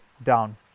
Down